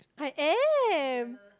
I am